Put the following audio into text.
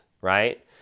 right